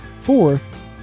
Fourth